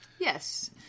Yes